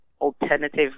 alternative